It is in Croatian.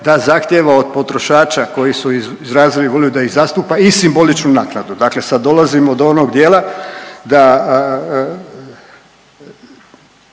da zahtjeva od potrošača koji su izrazili volju da ih zastupa i simboličnu naknadu. Dakle, sad dolazimo do onog dijela da